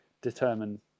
determine